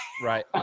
Right